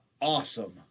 awesome